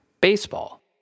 baseball